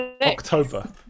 october